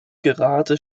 gerade